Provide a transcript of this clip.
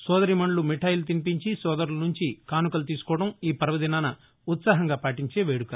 సోదరీమణులు మిఠాయిలు తినిపించి సోదరుల నుంచి కానుకలు తీసుకోవడం ఈ పర్వదినాన ఉత్పాహంగా పాటించే వేడుక